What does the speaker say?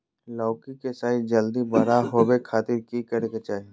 लौकी के साइज जल्दी बड़ा होबे खातिर की करे के चाही?